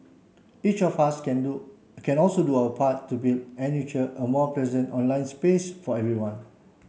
each of us can do can also do our part to build and nurture a more pleasant online space for everyone